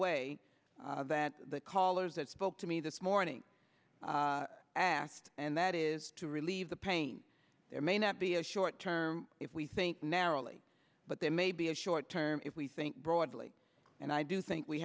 way that the callers that spoke to me this morning asked and that is to relieve the pain there may not be a short term if we think narrowly but there may be a short term if we think broadly and i do think we